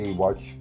watch